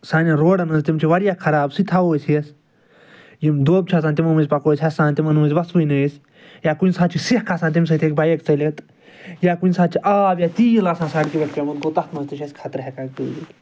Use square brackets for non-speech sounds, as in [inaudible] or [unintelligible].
سانیٚن روڈَن ۂنٛز تِم چھِ واریاہ خراب سُتہِ تھاوَو أسۍ ہٮ۪س یِم دوٚب چھِ آسان تِمَن مٔنٛزۍ پَکَو أسۍ ہٮ۪س سان تِمَن منٛز وَسوٕے نہٕ أسۍ یا کُنہِ ساتہٕ چھِ سٮ۪کھ آسان تٔمۍ سۭتۍ ہٮ۪کہِ بایَک ژٕلِتھ یا کُنہِ ساتہٕ چھِ آب یا تیٖل آسان سَڑکہِ پٮ۪ٹھ پیومُت گوٚو تَتھ منٛز تہِ چھِ اَسہِ خطرٕ ہیکان [unintelligible]